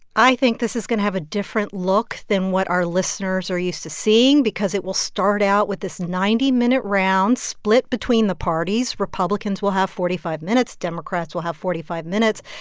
i think this is going to have a different look than what our listeners are used to seeing because it will start out with this ninety minute round split between the parties. republicans will have forty five minutes. democrats will have forty five minutes.